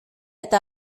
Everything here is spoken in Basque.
eta